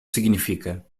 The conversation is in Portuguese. significa